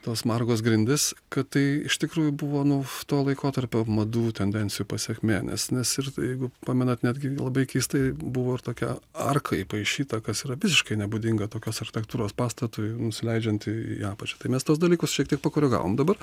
tos margos grindis kad tai iš tikrųjų buvo nu to laikotarpio madų tendencijų pasekmė nes nes ir tai jeigu pamenat netgi labai keistai buvo ir tokia arka įpaišyta kas yra visiškai nebūdinga tokios architektūros pastatui nusileidžianti į į apačią tai mes tuos dalykus šiek tiek pakoregavom dabar